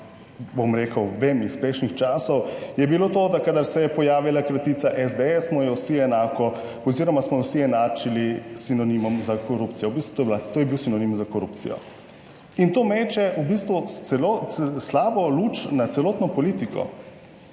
bom rekel, vem iz prejšnjih časov je bilo to, da kadar se je pojavila kratica SDS, smo jo vsi enako oziroma smo jo vsi enačili s sinonimom za korupcijo. V bistvu to je bil sinonim za korupcijo in to meče v bistvu celo slabo luč na celotno politiko.